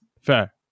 fair